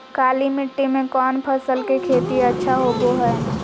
काली मिट्टी में कौन फसल के खेती अच्छा होबो है?